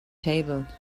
table